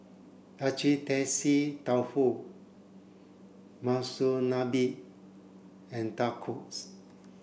Agedashi Dofu Monsunabe and Tacos